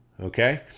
okay